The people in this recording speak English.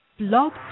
blog